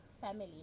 family